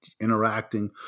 interacting